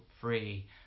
free